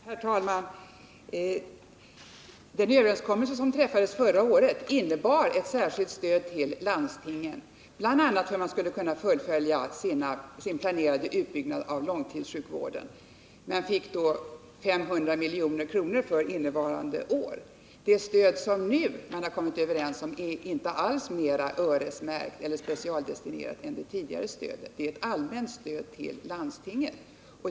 Herr talman! Den överenskommelse som träffades förra året innebar ett särskilt stöd till landstingen, bl.a. för att de skulle kunna fullfölja sin planerade utbyggnad av långtidssjukvården. Landstingen fick då 500 miljoner för innevarande år. Det stöd som man nu har kommit överens om är inte mer specialdestinerat än det tidigare stödet. Det är ett allmänt stöd till landstingen.